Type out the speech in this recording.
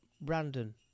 Brandon